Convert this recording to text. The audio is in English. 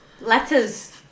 Letters